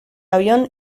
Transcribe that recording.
avión